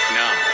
now